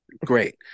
Great